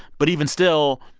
but even still,